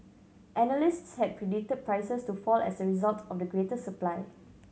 analysts had predicted prices to fall as a result of the greater supply